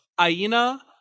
Aina